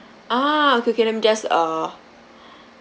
ah okay okay let me just uh